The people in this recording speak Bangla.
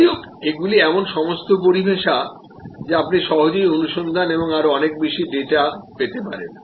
যাইহোক এগুলি এমন সমস্ত পরিভাষা যা আপনি সহজেই অনুসন্ধান এবং আরও অনেক বেশি ডেটা পেতে পারেন